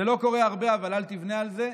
זה לא קורה הרבה, אבל אל תבנה על זה,